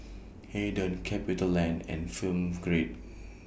Aden CapitaLand and Film Grade